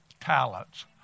talents